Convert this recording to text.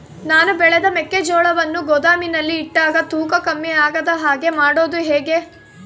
ನಾನು ಬೆಳೆದ ಮೆಕ್ಕಿಜೋಳವನ್ನು ಗೋದಾಮಿನಲ್ಲಿ ಇಟ್ಟಾಗ ತೂಕ ಕಮ್ಮಿ ಆಗದ ಹಾಗೆ ಮಾಡೋದು ಹೇಗೆ?